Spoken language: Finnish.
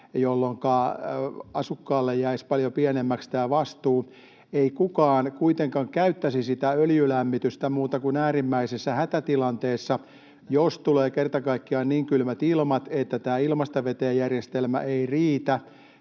jolloinka asukkaalle jäisi paljon pienemmäksi tämä vastuu. Ei kukaan kuitenkaan käyttäisi sitä öljylämmitystä muuta kuin äärimmäisessä hätätilanteessa, jos tulee kerta kaikkiaan niin kylmät ilmat, että tämä ilmasta veteen ‑järjestelmä ei riitä,